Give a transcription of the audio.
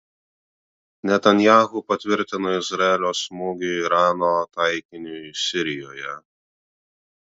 netanyahu patvirtino izraelio smūgį irano taikiniui sirijoje